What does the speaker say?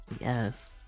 yes